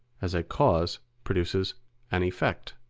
as a cause produces an effect.